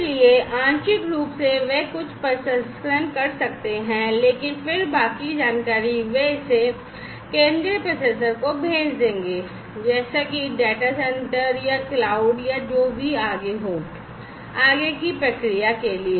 इसलिए आंशिक रूप से वे कुछ प्रसंस्करण कर सकते हैं लेकिन फिर बाकी जानकारी वे इसे केंद्रीय प्रोसेसर को भेज देंगे जैसे कि डेटा सेंटर या क्लाउड या जो भी हो आगे की प्रक्रिया के लिए